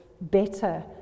better